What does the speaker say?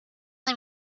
let